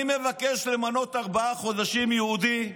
אני מבקש למנות ארבעה חודשים יהודי,